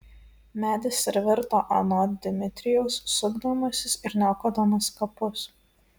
medis ir virto anot dmitrijaus sukdamasis ir niokodamas kapus